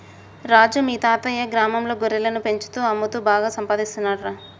రాజు మీ తాతయ్యా గ్రామంలో గొర్రెలను పెంచుతూ అమ్ముతూ బాగా సంపాదిస్తున్నాడురా